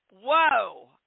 Whoa